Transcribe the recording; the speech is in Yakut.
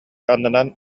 аннынан